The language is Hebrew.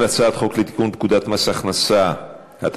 הצעת חוק לתיקון פקודת מס הכנסה (מס' 218),